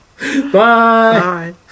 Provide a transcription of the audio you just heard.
bye